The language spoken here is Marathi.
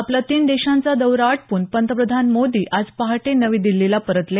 आपला तीन देशांचा दौरा आटोपून पंतप्रधान मोदी आज पहाटे नवी दिछीला परतले